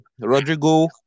Rodrigo